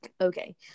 okay